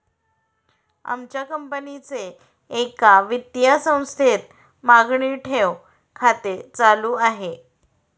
आमच्या कंपनीचे एका वित्तीय संस्थेत मागणी ठेव खाते चालू आहे